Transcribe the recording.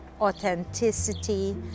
authenticity